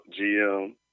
GM